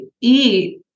eat